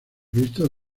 visto